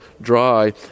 dry